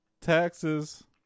taxes